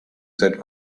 that